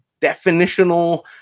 definitional